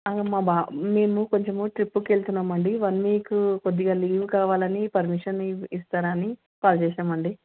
మా బాబు మేము కొంచెము ట్రిప్కి వెళుతున్నాము అండి వన్ వీక్ కొద్దిగా లీవ్ కావాలని పర్మిషన్ ఇవ్వు ఇస్తారని కాల్ చేసాము అండి